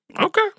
Okay